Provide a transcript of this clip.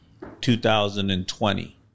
2020